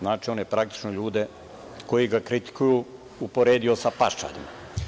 Znači, on je praktično ljude koji ga kritikuju uporedio sa paščadima.